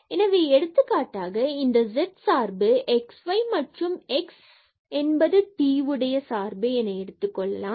எனவே எடுத்துக்காட்டாக இந்த z சார்பு xy மற்றும் x என்பது t உடைய சார்பு என எடுத்துக்கொள்ளலாம்